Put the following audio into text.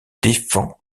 défends